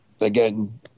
Again